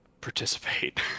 participate